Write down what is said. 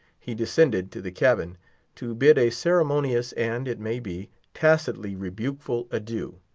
he descended to the cabin to bid a ceremonious, and, it may be, tacitly rebukeful adieu.